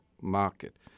market